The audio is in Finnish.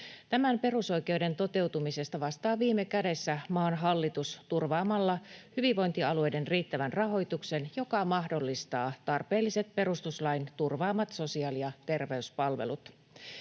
Tämän perusoikeuden toteutumisesta vastaa viime kädessä maan hallitus turvaamalla hyvinvointialueiden riittävän rahoituksen, joka mahdollistaa tarpeelliset perustuslain turvaamat sosiaali- ja terveyspalvelut.